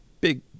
big